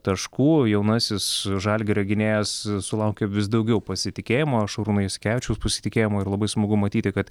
taškų jaunasis žalgirio gynėjas s sulaukia vis daugiau pasitikėjimo šarūno jasikevičiaus pasitikėjimo ir labai smagu matyti kad